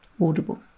audible